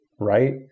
Right